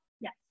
Yes